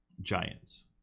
giants